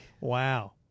Wow